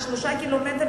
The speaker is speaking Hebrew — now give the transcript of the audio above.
ו-3 קילומטרים,